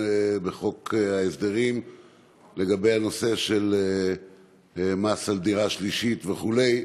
בחוק ההסדרים לגבי הנושא של מס על דירה שלישית וכו'.